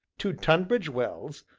to tonbridge wells.